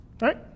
right